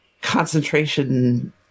concentration